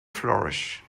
flourish